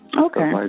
Okay